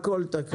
הכל תקריאי.